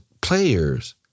players